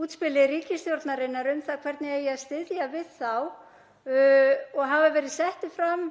útspili ríkisstjórnarinnar um það hvernig eigi að styðja við þá og hafa verið settir fram